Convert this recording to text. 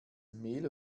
mehl